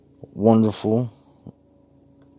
wonderful